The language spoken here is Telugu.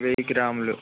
వేయి గ్రాములు